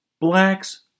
blacks